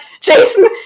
jason